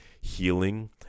healing